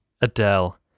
adele